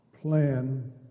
plan